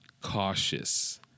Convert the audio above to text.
cautious